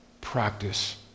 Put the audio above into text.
Practice